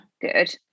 Good